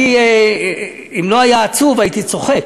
אני, אם לא היה עצוב הייתי צוחק.